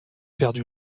perdu